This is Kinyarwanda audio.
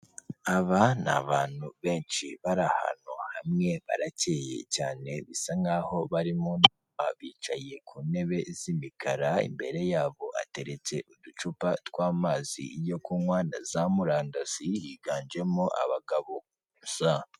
Aba ni abantu benshi bari ahantu hamwe, baracyeye cyane, bisa nk'aho bari mu mama, bicaye ku ntebe z'imikara, imbere yabo hateretse uducupa tw'amazi yo kunywa na za murandasi, higanjemo abagabo gusa.